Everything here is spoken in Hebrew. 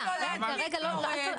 הסיכוי שלו להדביק יורד.